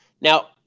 Now